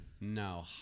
No